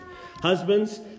Husbands